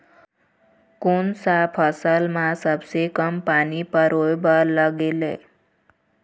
कोन सा फसल मा सबले कम पानी परोए बर लगेल?